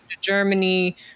Germany